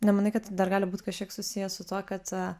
nemanai kad dar gali būt kažkiek susiję su tuo kad